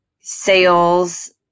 sales